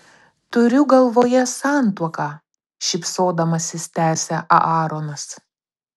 turiu galvoje santuoką šypsodamasis tęsia aaronas